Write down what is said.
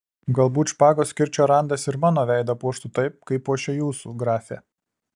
galbūt špagos kirčio randas ir mano veidą puoštų taip kaip puošia jūsų grafe